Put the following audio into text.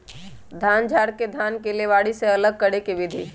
धान झाड़ के धान के लेबारी से अलग करे के विधि